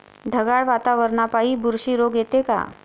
ढगाळ वातावरनापाई बुरशी रोग येते का?